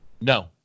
No